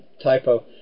typo